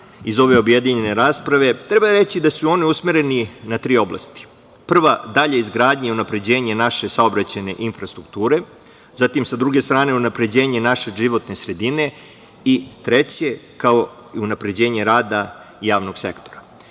iz ove objedinjene rasprave, treba reći da su oni usmereni na tri oblasti. Prva - dalja izgradnja i unapređenje naše saobraćajne infrastrukture, druga - unapređenje naše životne sredine i treća - unapređenje rada javnog sektora. Ja